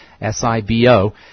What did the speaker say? S-I-B-O